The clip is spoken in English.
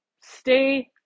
Stay